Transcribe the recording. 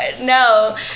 No